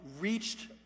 reached